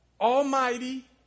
Almighty